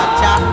cha